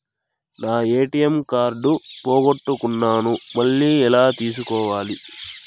నా ATM card పోగొట్టుకున్నాను, మళ్ళీ ఎలా తీసుకోవాలి?